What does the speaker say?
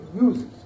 uses